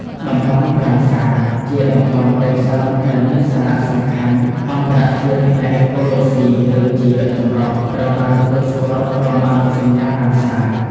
តំបន់រ៉ាមសារ ជាតំបន់ដីសើមដែលមានសារៈសំខាន់អន្តរជាតិផ្នែកអេកូឡូស៊ី ឬជីវៈចម្រុះ ត្រូវបានទទួលស្គាល់ក្រោមអនុសញ្ញារ៉ាមសារ។